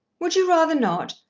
would you rather not?